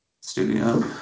Studio